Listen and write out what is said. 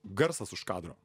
garsas už kadro